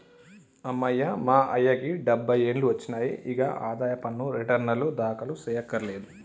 అమ్మయ్య మా అయ్యకి డబ్బై ఏండ్లు ఒచ్చినాయి, ఇగ ఆదాయ పన్ను రెటర్నులు దాఖలు సెయ్యకర్లేదు